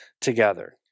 together